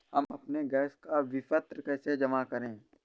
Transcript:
हम अपने गैस का विपत्र कैसे जमा करें?